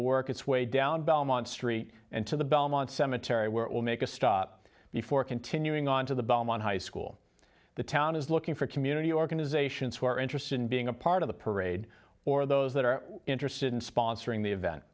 work its way down belmont street and to the belmont cemetery where it will make a stop before continuing on to the belmont high school the town is looking for community organizations who are interested in being a part of the parade or those that are interested in sponsoring the event